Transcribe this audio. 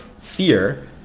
fear